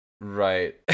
Right